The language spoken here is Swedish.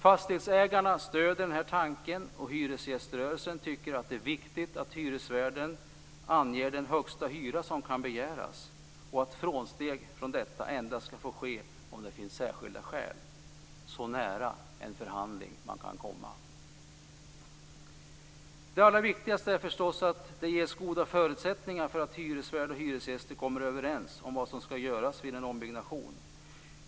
Fastighetsägarna stöder den här tanken och hyresgäströrelsen tycker att det är viktigt att hyresvärden anger den högsta hyra som kan begäras och att frånsteg från detta endast ska få ske om det finns särskilda skäl. Det är så nära en förhandling som man kan komma. Det allra viktigaste är förstås att det ges goda förutsättningar för att hyresvärd och hyresgäster kommer överens om vad som ska göras vid en ombyggnation.